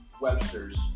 Webster's